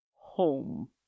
home